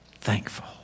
thankful